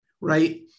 Right